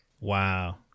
Wow